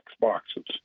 boxes